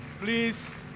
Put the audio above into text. Please